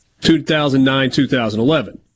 2009-2011